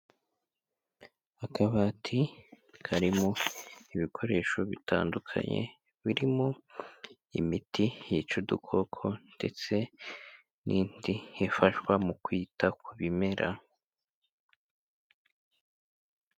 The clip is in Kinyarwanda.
Akabati karimo ibikoresho bitandukanye, birimo imiti yica udukoko ndetse n'indi ifashwa mu kwita ku bimera.